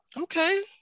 Okay